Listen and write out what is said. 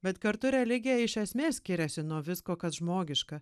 bet kartu religija iš esmės skiriasi nuo visko kas žmogiška